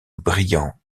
brillants